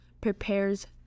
prepares